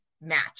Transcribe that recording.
match